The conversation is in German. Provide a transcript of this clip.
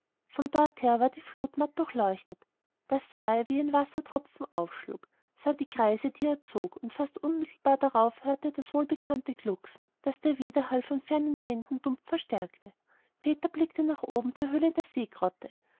von dorther war die flut matt durchleuchtet da sah er wie ein wassertropfen aufschlug sah die kreise die er zog und fast unmittelbar darauf hörte er das wohlbekannte glucksen das der widerhall von fernen wänden dumpf verstärkte peter blickte nach oben zur höhe der seegrotte